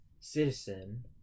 citizen